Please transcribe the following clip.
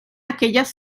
aquellas